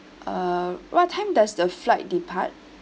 uh what time does the flight depart